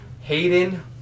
Hayden